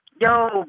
Yo